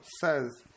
says